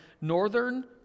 northern